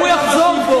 הוא יחזור בו.